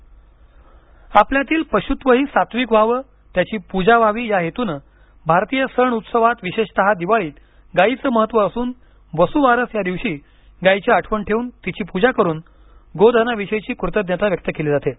कामधेन् आपल्यातील पशुत्वही सात्विक व्हावे त्याची पूजा व्हावी या हेतूने भारतीय सण उत्सवात विशेषतः दिवाळीत गायीचं महत्त्व असून वसूबारस या दिवशी गायीची आठवण ठेवून तिची पूजा करून गोधनाविषयीची कृतज्ञता व्यक्त केली जाते